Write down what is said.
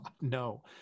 No